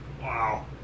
Wow